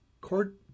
court